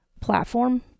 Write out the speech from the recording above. platform